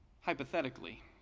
Hypothetically